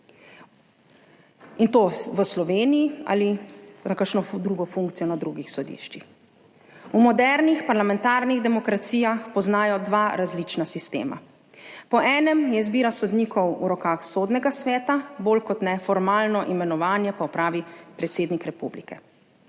in to v Sloveniji ali na kakšno drugo funkcijo na drugih sodiščih. V modernih parlamentarnih demokracijah poznajo dva različna sistema. Po enem je izbira sodnikov v rokah sodnega sveta, bolj kot ne formalno imenovanje pa opravi predsednik republike.